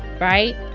right